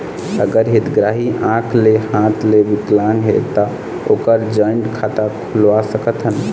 अगर हितग्राही आंख ले हाथ ले विकलांग हे ता ओकर जॉइंट खाता खुलवा सकथन?